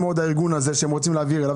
והארגון הזה חשוב להם מאוד.